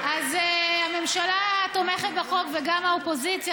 הממשלה תומכת בחוק וגם האופוזיציה,